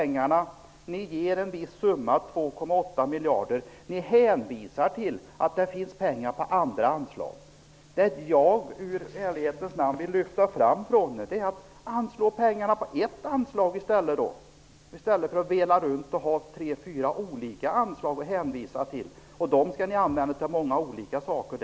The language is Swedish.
Ni ger en viss summa, 2,8 miljarder, och hänvisar till att det finns pengar i andra anslag. Jag vill i ärlighetens namn föreslå att ni anslår dessa pengar som ett enda anslag i stället för att vela omkring och hänvisa till tre fyra olika anslag. De skall ju dessutom användas till många olika saker.